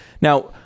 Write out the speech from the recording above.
Now